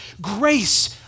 Grace